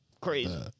Crazy